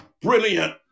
Brilliant